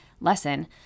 lesson –